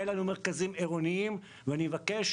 אין לנו מרכזים עירוניים ואני מבקש